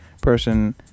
person